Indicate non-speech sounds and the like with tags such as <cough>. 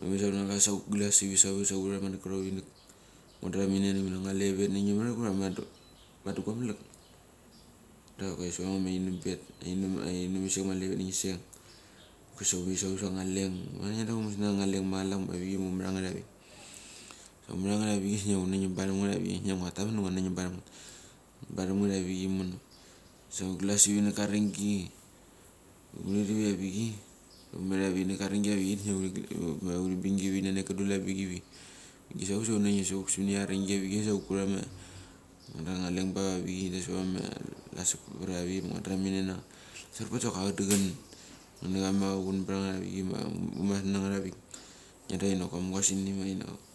Avik sa kunanga sa huglas ivit savuk sa huti kuti ama na karopinek ngudria aminia na ngeti, nguandrea anga aleveveth nanget ura ma dekomahak da savat ama ainembet ainemiseng ma aleveth ningiseng. Kule sa humet savuk sa angaleng, ngi dria humu gas na ana leng ma chalak ma avik ma humaranget avichei. Ngua tamanam da ngua nangum baram ngeti avik imono sa hut glas ivinaka ariningi hurivik avichei da humor avik matkama aringe avichei da huri bingi anek kadul avik ivi. Da savuk sa vama lasarpat ma ngua dria aminia nanget tsok acholichen ngeni aunbracha mas humas nanget avik. <noise> Ngiandra inok amuas ini ma inok